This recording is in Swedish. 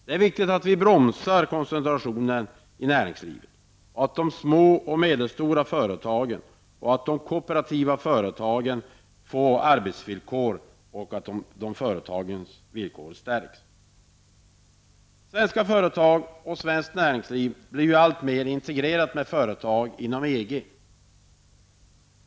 Det är viktigt att koncentrationen i näringslivet bromsas och att de små och medelstora liksom de kooperativa företagens villkor stärks. Svenska företag och svenskt näringsliv blir alltmer integrerat med företag inom EG.